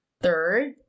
Third